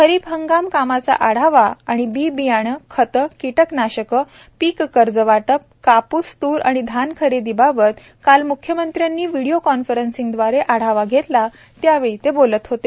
खरीप हंगाम कामांचा आढावा व बी बियाणे खते किटकनाशके पिक कर्ज वाटप कापूस त्र व धान खरेदी बाबत काल म्ख्यमंत्र्यांनी व्हिडीओ कॉन्फरन्सद्वारे आढावा घेतला यावेळी ते बोलत होते